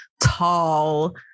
tall